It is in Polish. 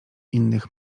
innych